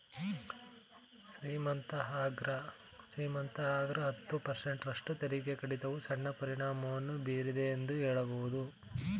ಶ್ರೀಮಂತ ಅಗ್ರ ಹತ್ತು ಪರ್ಸೆಂಟ್ ರಷ್ಟು ತೆರಿಗೆ ಕಡಿತವು ಸಣ್ಣ ಪರಿಣಾಮವನ್ನು ಬೀರಿತು ಎಂದು ಹೇಳಬಹುದು